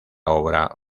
obra